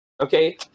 Okay